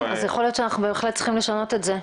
אז יכול להיות שאנחנו בהחלט צריכים לשנות את זה.